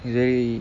is very